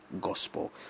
gospel